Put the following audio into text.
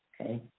Okay